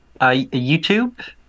YouTube